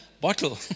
bottle